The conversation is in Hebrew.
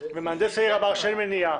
ומהנדס העיר אמר שאין מניעה?